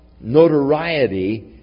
notoriety